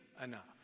enough